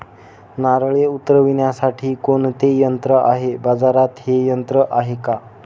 नारळे उतरविण्यासाठी कोणते यंत्र आहे? बाजारात हे यंत्र आहे का?